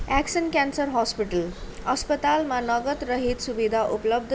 action cancer hospital अस्पतालमा नगद रहित सुविधा उपलब्ध छ